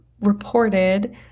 reported